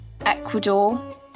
ecuador